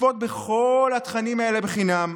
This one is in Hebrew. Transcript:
לצפות בכל התכנים האלה בחינם,